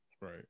Right